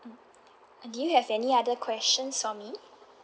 mm uh do you have any other questions for me